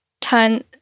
turn